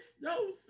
no